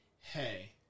hey